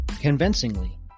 convincingly